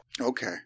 Okay